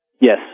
Yes